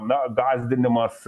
na gąsdinimas